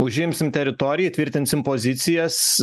užimsim teritoriją įtvirtinsim pozicijas